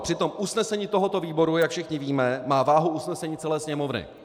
Přitom usnesení tohoto výboru, jak všichni víme, má váhu usnesení celé Sněmovny.